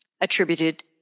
attributed